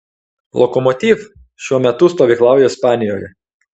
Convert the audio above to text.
lokomotiv šiuo metu stovyklauja ispanijoje